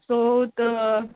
so त